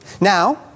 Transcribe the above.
Now